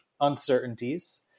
uncertainties